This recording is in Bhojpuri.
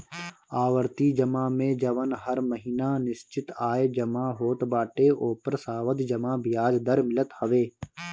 आवर्ती जमा में जवन हर महिना निश्चित आय जमा होत बाटे ओपर सावधि जमा बियाज दर मिलत हवे